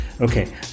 Okay